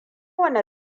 wane